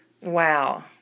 Wow